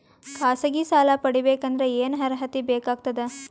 ಖಾಸಗಿ ಸಾಲ ಪಡಿಬೇಕಂದರ ಏನ್ ಅರ್ಹತಿ ಬೇಕಾಗತದ?